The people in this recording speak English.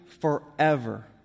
forever